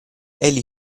egli